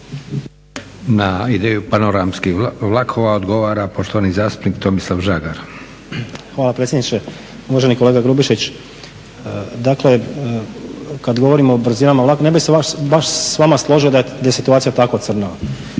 Na ideju panoramskih vlakova odgovara poštovani zastupnik Tomislav Žagar. **Žagar, Tomislav (SDP)** Hvala predsjedniče. Uvaženi kolega Grubišić, dakle kada govorimo o brzinama vlakova, ne bih se baš s vama složio da je situacija tako crna.